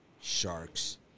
sharks